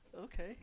Okay